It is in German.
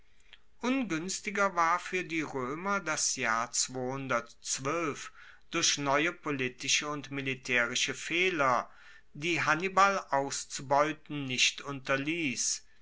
unguenstiger war fuer die roemer das jahr durch neue politische und militaerische fehler die hannibal auszubeuten nicht unterliess